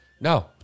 No